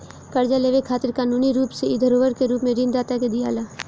कर्जा लेवे खातिर कानूनी रूप से इ धरोहर के रूप में ऋण दाता के दियाला